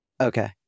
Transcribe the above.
Okay